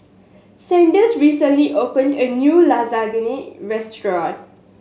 Sanders recently opened a new Lasagne Restaurant